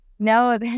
No